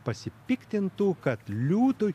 pasipiktintų kad liūtui